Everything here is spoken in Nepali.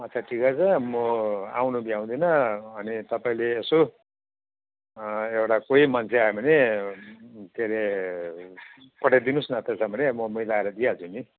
अच्छा ठिकै छ म आउनु भ्याउदिन अनि तपाईँले यसो एउटा कोही मान्छे आयो भने के अरे पठाइदिनुहोस् न त तपाईँले म मिलाएर दिइहाल्छु नि